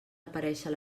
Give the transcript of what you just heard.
aparèixer